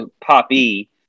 Poppy